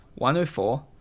104